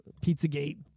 Pizzagate